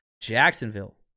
Jacksonville